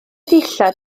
dillad